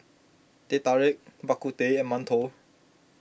Teh Tarik Bak Kut Teh and Mantou